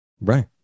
Right